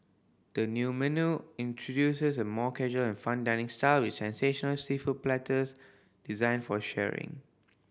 the new menu introduces a more casual and fun dining style with sensational seafood platters designed for sharing